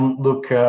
look,